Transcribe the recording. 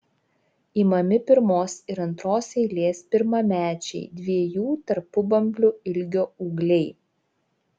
imami pirmos ir antros eilės pirmamečiai dviejų tarpubamblių ilgio ūgliai